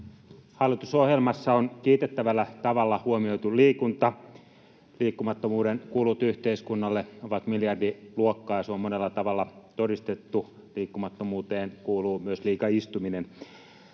Hallitusohjelmassa on kiitettävällä tavalla huomioitu liikunta. Liikkumattomuuden kulut yhteiskunnalle ovat miljardiluokkaa, ja se on monella tavalla todistettu. Liikkumattomuuteen kuuluu myös liika istuminen.